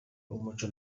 w’umuco